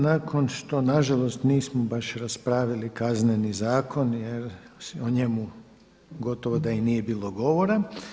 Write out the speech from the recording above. Nakon što na žalost nismo baš raspravili Kazneni zakon jer o njemu gotovo da i nije bilo govora.